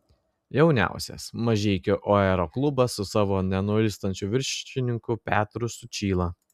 jauniausias mažeikių aeroklubas su savo nenuilstančiu viršininku petru sučyla